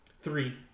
Three